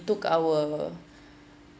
took our